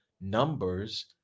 numbers